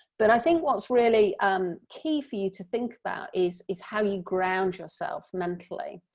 but i think what's really um key for you to think about is is how you ground yourself mentally,